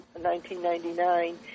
1999